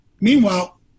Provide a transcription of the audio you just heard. Meanwhile